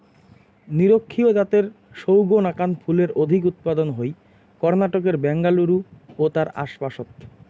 নিরক্ষীয় জাতের সৌগ নাকান ফুলের অধিক উৎপাদন হই কর্ণাটকের ব্যাঙ্গালুরু ও তার আশপাশত